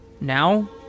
Now